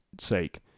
sake